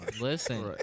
Listen